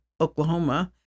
Oklahoma